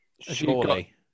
Surely